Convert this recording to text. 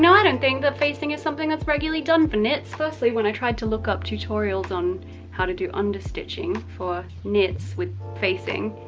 i don't think that facing is something that's regularly done for knits. firstly, when i tried to look up tutorials on how to do under stitching for knits with facing,